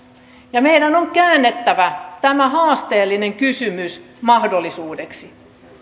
meidän on käännettävä tämä haasteellinen kysymys mahdollisuudeksi